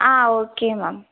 ah okay ma'am